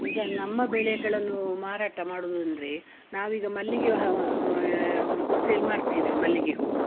ಈಗ ನಮ್ಮ ಬೆಳೆಗಳನ್ನು ಮಾರಾಟ ಮಾಡುವುದು ಅಂದರೆ ನಾವೀಗ ಮಲ್ಲಿಗೆ ಸೇಲ್ ಮಾಡ್ತೀವಿ ಮಲ್ಲಿಗೆ ಹೂವು